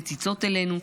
מציצות אלינו,